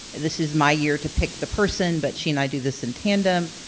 this is my year to pick the person, but she and i do this in tandem.